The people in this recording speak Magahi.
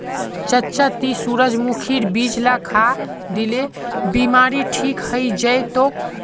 चच्चा ती सूरजमुखीर बीज ला खा, दिलेर बीमारी ठीक हइ जै तोक